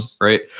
right